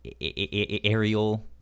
aerial